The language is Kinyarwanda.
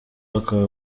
bakaba